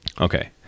Okay